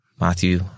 Matthew